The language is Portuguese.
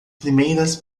primeiras